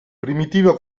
primitivo